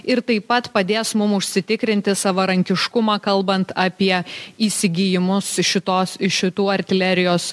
ir taip pat padės mum užsitikrinti savarankiškumą kalbant apie įsigijimus šitos iš šitų artilerijos